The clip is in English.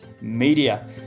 media